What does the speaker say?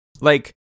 Like-